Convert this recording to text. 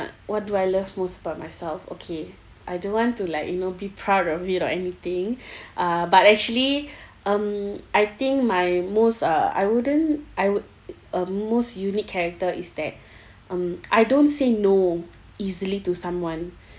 what do I love most about myself okay I don't want to like you know be proud of it or anything uh but actually um I think my most uh I wouldn't I would um most unique character is that um I don't say no easily to someone